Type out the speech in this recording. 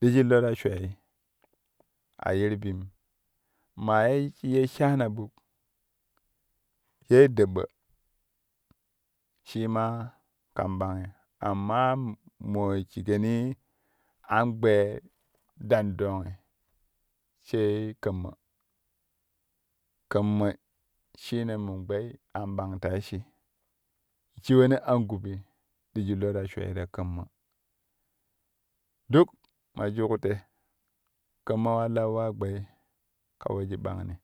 ɗiji lo ta shweei a yiru bim maa ye ye shaana ɓuk sai daaɓɓo shii maa kan baangni amma moo shigeni an gbe dandoongi sai kaammaa, kaamma shine mon gbei an bang rai shi shiwon an gubi ti ti ji loo ta shweei ta kaammaa dik ma juk te kaammaa we lauwa gbei ka weji bangni.